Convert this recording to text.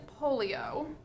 polio